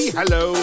hello